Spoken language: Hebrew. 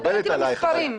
דבר איתי במספרים.